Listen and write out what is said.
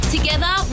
Together